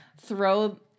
throw